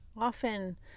Often